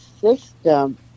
system